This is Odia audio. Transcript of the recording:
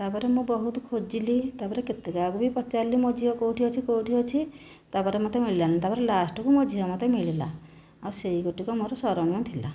ତା'ପରେ ମୁଁ ବହୁତ ଖୋଜିଲି ତା'ପରେ କେତେ କାହାକୁ ବି ପଚାରିଲି ମୋ' ଝିଅ କେଉଁଠି ଅଛି କେଉଁଠି ଅଛି ତା'ପରେ ମୋତେ ମିଳିଲାନାହିଁ ତା'ପରେ ଲାଷ୍ଟକୁ ମୋ' ଝିଅ ମୋତେ ମିଳିଲା ଆଉ ସେହି ଗୋଟିକ ମୋ'ର ସ୍ମରଣୀୟ ଥିଲା